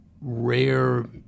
rare